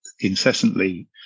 incessantly